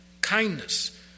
kindness